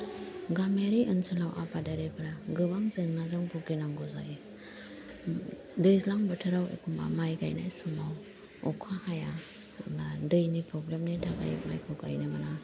गामियारि ओनसोलाव आबादारिफोरा गोबां जेंनाजों बुगिनांगौ जायो दैज्लां बोथोराव एखमबा माइ गाइनाय समाव अखा हाया होनब्ला दैनि फ्रब्लेमनि थाखाय मैगं गायनो मोना